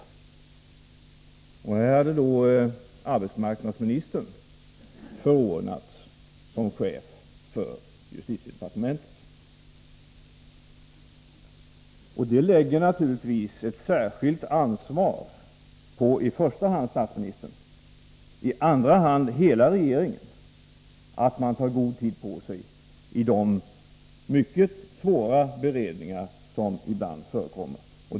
Arbetsmarknadsministern hade 12 december 1983 förordnats som chef för justitiedepartementet. Detta lägger naturligtvis ett särskilt ansvar i första hand på statsministern och i andra hand på hela regeringen att se till att man tar god tid på sig i de mycket svåra beredningar som ibland förekommer.